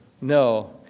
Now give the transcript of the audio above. No